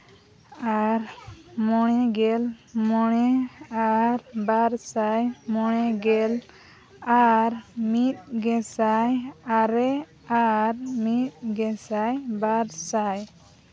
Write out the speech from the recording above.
ᱟᱨ ᱢᱚᱬᱮ ᱜᱮᱞ ᱢᱚᱬᱮ ᱟᱨ ᱵᱟᱨ ᱥᱟᱭ ᱢᱚᱬᱮ ᱜᱮᱞ ᱟᱨ ᱢᱤᱫ ᱜᱮᱥᱟᱭ ᱟᱨᱮ ᱟᱨ ᱢᱤᱫ ᱜᱮᱥᱟᱭ ᱵᱟᱨ ᱥᱟᱭ